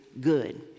good